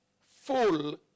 Full